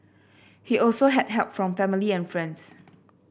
he also had help from family and friends